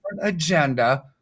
agenda